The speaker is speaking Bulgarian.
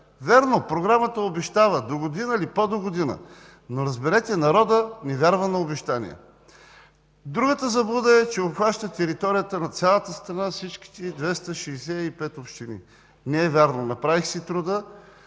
Вярно, Програмата обещава догодина или пό догодина, но, разберете, народът не вярва на обещания. Другата заблуда е, че обхваща територията на цялата страна, всичките 265 общини. Не е вярно. Направих си труда